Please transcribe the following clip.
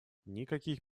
никаких